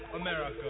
America